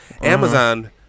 Amazon